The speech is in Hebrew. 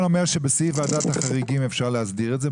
אומר שבסעיף ועדת החריגים אפשר להסדיר את זה.